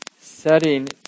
setting